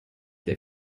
der